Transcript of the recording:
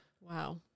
Wow